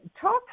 talk